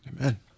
Amen